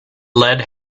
lead